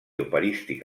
operístic